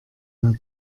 hat